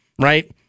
right